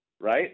right